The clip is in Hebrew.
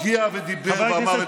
הגיע ודיבר ואמר את דברו.